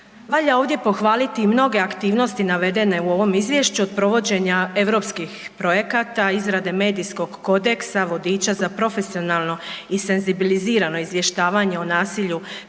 Valja ovdje pohvaliti i mnoge aktivnosti navedene u ovome izvješću od provođenja europskih projekata, izrade medijskog kodeksa vodiča za profesionalno i senzibilizirano izvještavanje o nasilju